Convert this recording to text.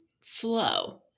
slow